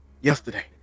yesterday